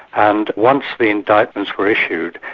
and once the indictments were issued,